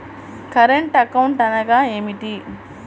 Current account అనగా ఏమిటి?